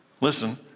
listen